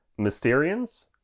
Mysterians